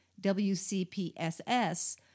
WCPSS